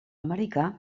americà